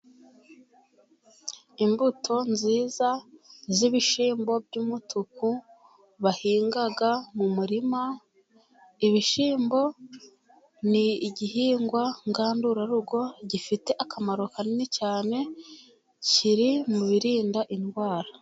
Imbuto nziza z'ibishyimbo by'umutuku bahinga mu murima. Ibishyimbo ni igihingwa ngandurarugo gifite akamaro kanini cyane, kiri mu birinda indwara.